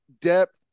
depth